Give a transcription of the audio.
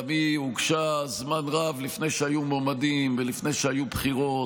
גם היא הוגשה זמן רב לפני שהיו מועמדים ולפני שהיו בחירות,